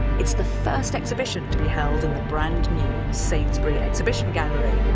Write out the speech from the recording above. it's the first exhibition to be held in the brand new sainsbury exhibition gallery.